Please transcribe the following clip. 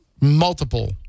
multiple